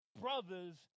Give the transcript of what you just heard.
brothers